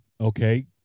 okay